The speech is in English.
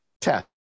test